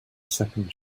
second